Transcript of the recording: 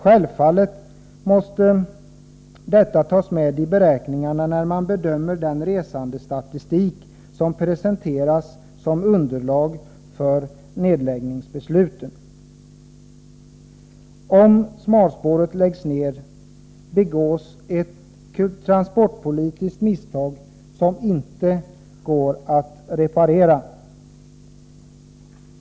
Självfallet måste detta tas med i beräkningarna när man bedömer den resandestatistik som presenteras som underlag för nedläggningsbesluten. Om smalspåret läggs ned begås ett transportpolitiskt misstag, som det inte går att reparera.